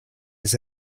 his